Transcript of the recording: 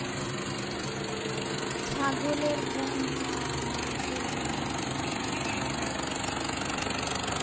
ছাগলের কোন জাত মাংসের জন্য পছন্দ করা হয়?